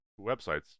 websites